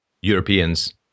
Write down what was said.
Europeans